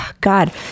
God